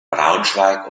braunschweig